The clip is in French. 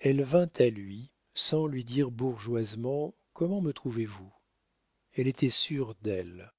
elle vint à lui sans lui dire bourgeoisement comment me trouvez-vous elle était sûre d'elle